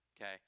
Okay